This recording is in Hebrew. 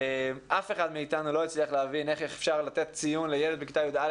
אף אחד מאיתנו לא הצליח להבין איך אפשר לתת ציון לילד בכיתה י"א,